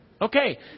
Okay